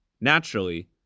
Naturally